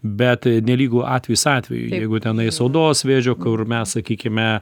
bet nelygu atvejis atvejui jeigu tenais odos vėžio kur mes sakykime